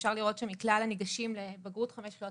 אפשר לראות שמכלל הניגשים לבגרות 5 יחידות